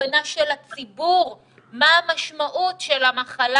הבנה של הציבור מה המשמעות של המחלה